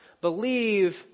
believe